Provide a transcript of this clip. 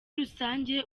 rusange